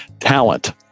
talent